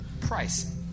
Price